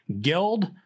guild